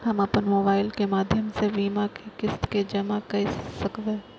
हम अपन मोबाइल के माध्यम से बीमा के किस्त के जमा कै सकब?